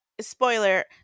Spoiler